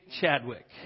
Chadwick